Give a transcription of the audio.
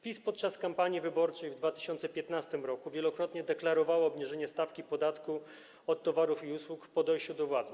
PiS podczas kampanii wyborczej w 2015 r. wielokrotnie deklarował obniżenie stawki podatku od towarów i usług po dojściu do władzy.